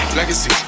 Legacy